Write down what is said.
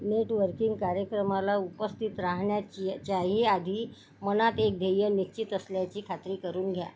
networking कार्यक्रमाला उपस्थित राहण्याची च्याही आधी मनात एक ध्येय निश्चित असल्याची खात्री करून घ्या